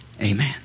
Amen